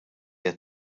qed